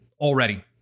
already